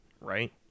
Right